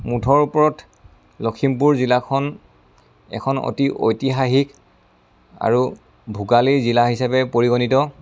মুঠৰ ওপৰত লখিমপুৰ জিলাখন এখন অতি ঐতিহাসিক আৰু ভোগালী জিলা হিচাপে পৰিগণিত